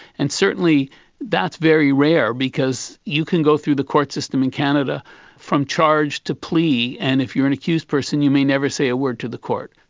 and certainly that's very rare because you can go through the court system in canada from charge to plea, and if you are an accused person you may never say a word to the court.